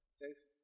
Thanks